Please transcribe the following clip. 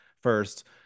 first